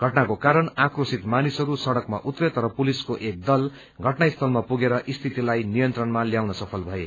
घटनाको कारण आक्रोशित मानिसहरू सड़कमा उत्रे तर पुलिसको एक दल घटनास्थलमा पुगेर स्थितिलाई नियन्त्रणमा ल्याउन सफल भए